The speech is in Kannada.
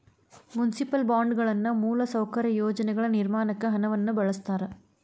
ಮುನ್ಸಿಪಲ್ ಬಾಂಡ್ಗಳನ್ನ ಮೂಲಸೌಕರ್ಯ ಯೋಜನೆಗಳ ನಿರ್ಮಾಣಕ್ಕ ಹಣವನ್ನ ಬಳಸ್ತಾರ